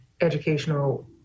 educational